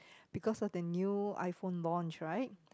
because of the new iPhone launch right